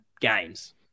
games